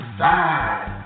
side